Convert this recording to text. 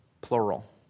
plural